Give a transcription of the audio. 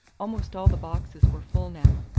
almost all the boxes were full now,